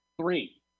Three